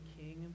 king